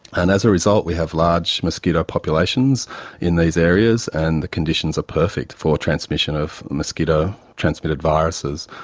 and as a result we have large mosquito populations in these areas, and the conditions are perfect for transmission of mosquito transmitted viruses.